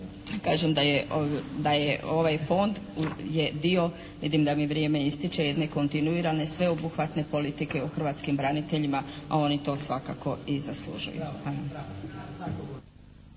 kažem da je ovaj fond je dio, vidim da mi vrijeme ističe, jedne kontinuirane, sveobuhvatne politike u hrvatskim braniteljima, a oni to svakako i zaslužuju.